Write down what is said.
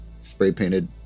spray-painted